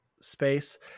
space